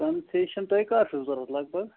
concession تۅہہِ کَر چھُو ضروٗرت لگ بگ